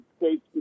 States